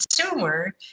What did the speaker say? consumer